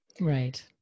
Right